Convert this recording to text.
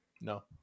No